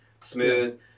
smooth